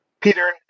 Peter